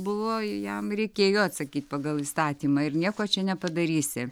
buvo jam reikėjo atsakyt pagal įstatymą ir nieko čia nepadarysi